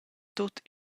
tut